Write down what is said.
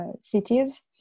cities